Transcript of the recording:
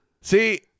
See